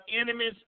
enemies